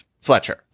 Fletcher